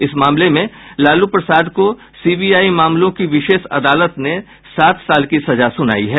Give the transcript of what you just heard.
इस मामले में लालू प्रसाद को सीबीआई मामलों की विशेष अदालत ने सात साल की सजा सुनायी है